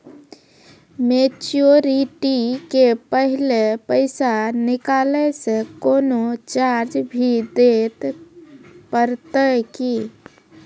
Maturity के पहले पैसा निकालै से कोनो चार्ज भी देत परतै की?